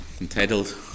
entitled